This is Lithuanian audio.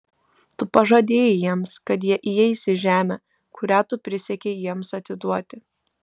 tu pažadėjai jiems kad jie įeis į žemę kurią tu prisiekei jiems atiduoti